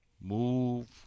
move